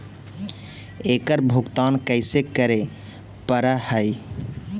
एकड़ भुगतान कैसे करे पड़हई?